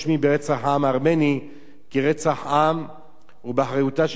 העם הארמני כרצח עם ובאחריותה של טורקיה.